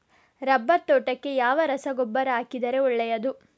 Rubber ತೋಟಕ್ಕೆ ಯಾವ ರಸಗೊಬ್ಬರ ಹಾಕಿದರೆ ಒಳ್ಳೆಯದು?